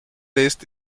list